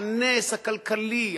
הנס הכלכלי,